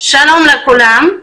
שלום לכולם.